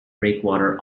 breakwater